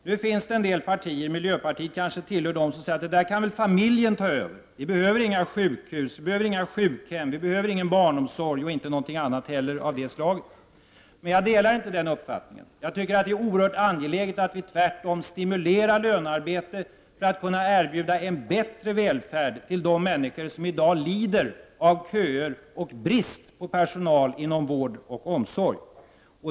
Det finns en del partier, miljöpartiet kanske tillhör dem, som säger att familjerna kan ta över detta och att vi inte behöver sjukhus, sjukhem, barnomsorg eller något annat av det slaget. Den uppfattningen delar jag inte. Jag tycker tvärtom att det är oerhört angeläget att stimulera lönearbete för att kunna erbjuda en bättre välfärd för de människor som i dag lider av köer och brist på personal inom vård och omsorg.